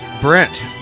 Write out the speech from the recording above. Brent